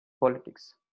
politics